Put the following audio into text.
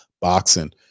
boxing